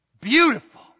Beautiful